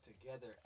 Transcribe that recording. together